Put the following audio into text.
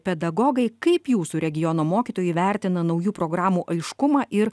pedagogai kaip jūsų regiono mokytojai vertina naujų programų aiškumą ir